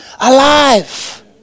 alive